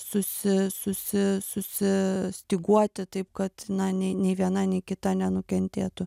susi susi susistyguoti taip kad na nei nei viena nei kita nenukentėtų